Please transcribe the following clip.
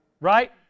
Right